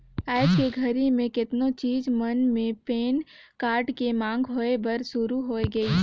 आयज के घरी मे केतनो चीच मन मे पेन कारड के मांग होय बर सुरू हो गइसे